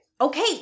Okay